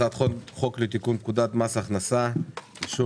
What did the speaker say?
הצעת חוק לתיקון פקודת מס הכנסה (אישור